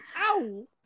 Ow